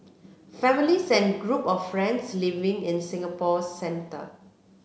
families and group of friends living in Singapore's centre